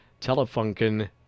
Telefunken